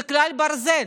זה כלל ברזל.